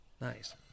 Nice